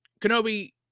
Kenobi